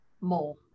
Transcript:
more